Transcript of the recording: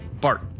Bart